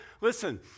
Listen